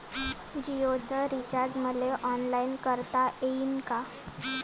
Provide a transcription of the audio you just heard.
जीओच रिचार्ज मले ऑनलाईन करता येईन का?